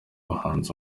bahanzi